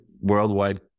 worldwide